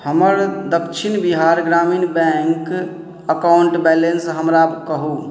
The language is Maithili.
हमर Dakshin Bihar Gramin bank account balance हमरा कहू